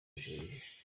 algeria